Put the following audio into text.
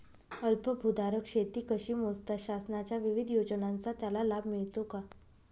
अल्पभूधारक शेती कशी मोजतात? शासनाच्या विविध योजनांचा त्याला लाभ मिळतो का?